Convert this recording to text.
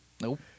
Nope